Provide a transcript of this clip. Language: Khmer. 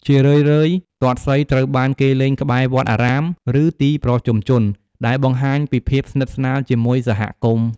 ជារឿយៗ ទាត់សីត្រូវបានគេលេងក្បែរវត្តអារាម ឬទីប្រជុំជន ដែលបង្ហាញពីភាពស្និទ្ធស្នាលជាមួយសហគមន៍។